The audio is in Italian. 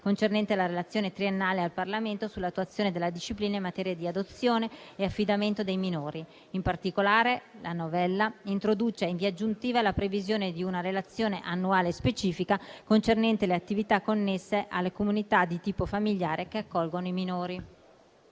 concernente la relazione triennale al Parlamento sull'attuazione della disciplina in materia di adozione e affidamento dei minori. In particolare, la novella introduce in via aggiuntiva la previsione di una relazione annuale specifica concernente le attività connesse alle comunità di tipo familiare che accolgono i minori.